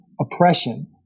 oppression